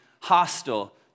hostile